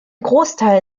großteil